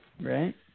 Right